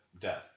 death